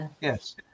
Yes